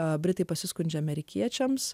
o britai pasiskundžia amerikiečiams